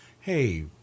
hey